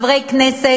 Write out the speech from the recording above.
הצטרפו חברי כנסת